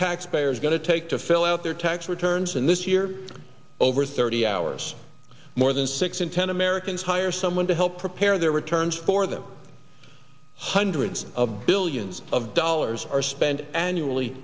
taxpayers going to take to fill out their tax returns and this year over thirty hours more than six in ten americans hire someone to help prepare their returns for them hundreds of billions of dollars are spent annually